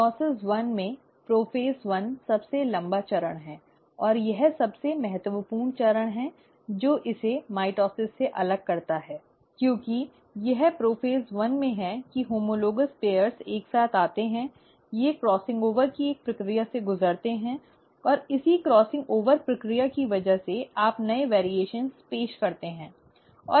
meiosis एक में prophase एक सबसे लंबा चरण है और यह सबसे महत्वपूर्ण चरण है जो इसे माइटोसिस से अलग करता है क्योंकि यह प्रपोज़ एक में है कि होमोलोगॅस जोड़े एक साथ आते हैं ये क्रॉसिंग ओवर की एक प्रक्रिया से गुजरते हैं और इसी क्रॉसिंग ओवर प्रक्रिया की वजह से आप नए बदलाव पेश करते हैं